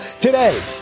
Today